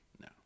no